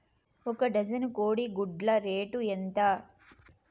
ఒక డజను కోడి గుడ్ల రేటు ఎంత?